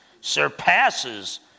surpasses